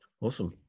awesome